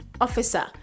officer